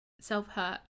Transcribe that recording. self-hurt